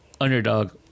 Underdog